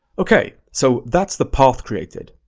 okay, so that's the path created.